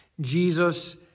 Jesus